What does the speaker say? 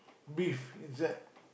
beef inside